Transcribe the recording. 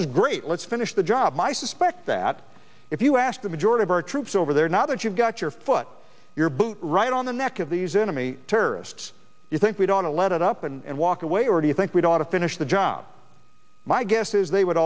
is great let's finish the job i suspect that if you ask the majority of our troops over there now that you've got your foot your boot right on the neck of these enemy terrorists you think we don't know let it up and walk away or do you think we'd ought to finish the job my guess is they would